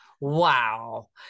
Wow